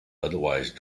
otherwise